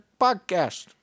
podcast